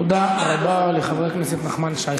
תודה רבה לחבר הכנסת נחמן שי.